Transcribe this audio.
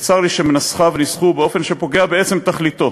צר לי שמנסחיו ניסחוהו באופן שפוגע בעצם תכליתו,